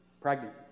pregnant